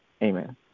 Amen